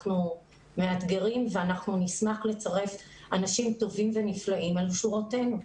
אנחנו מאתגרים ואנחנו נשמח לצרף אנשים טובים ונפלאים לשורותינו.